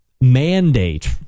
mandate